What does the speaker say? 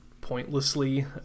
pointlessly